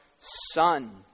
son